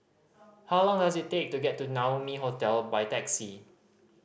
how long does it take to get to Naumi Hotel by taxi